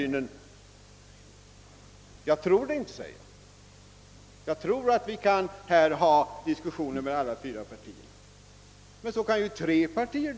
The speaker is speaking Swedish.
Men det är inget som hindrar att tre partier för sådana diskussioner, om inte det fjärde skulle vilja vara med.